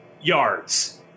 yards